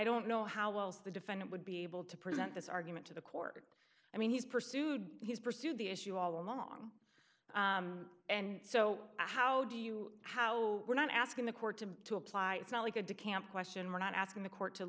don't know how well as the defendant would be able to present this argument to the court i mean he's pursued he's pursued the issue all along and so how do you how we're not asking the court to to apply it's not like a de camp question we're not asking the court to